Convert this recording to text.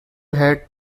had